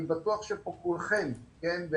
אני בטוח שכולכם כאן,